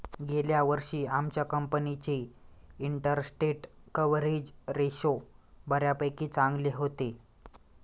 गेल्या वर्षी आमच्या कंपनीचे इंटरस्टेट कव्हरेज रेशो बऱ्यापैकी चांगले होते